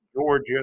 Georgia